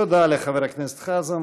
תודה לחבר הכנסת חזן.